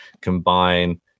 combine